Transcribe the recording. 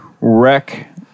wreck